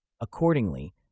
Accordingly